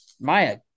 Maya